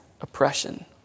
oppression